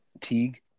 Teague